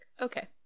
Okay